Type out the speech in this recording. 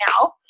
now